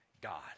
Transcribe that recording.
God